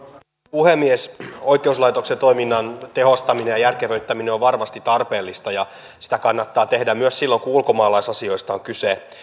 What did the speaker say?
puhemies oikeuslaitoksen toiminnan tehostaminen ja järkevöittäminen on varmasti tarpeellista ja sitä kannattaa tehdä myös silloin kun ulkomaalaisasioista on kyse